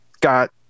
got